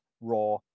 raw